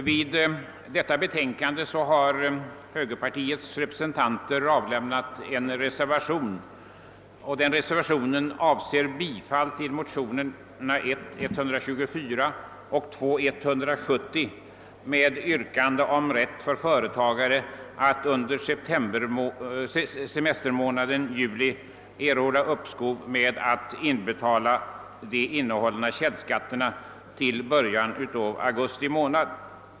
Till förevarande betänkande har högerpartiets representanter i utskottet avgivit en reservation som avser bifall till motionerna I: 124 och II: 170 i vilka yrkats att företagare skall ha rätt att under semestermånaden juli erhålla uppskov med inbetalningen av källskattemedel till början av augusti månad.